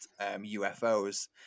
UFOs